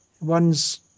One's